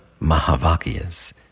Mahavakyas